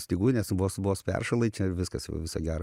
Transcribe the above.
stygų nes vos vos peršalai čia viskas jau viso gero